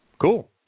Cool